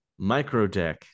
microdeck